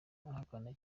ahakana